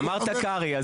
אמרת קרעי.